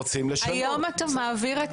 היום אתה מעביר את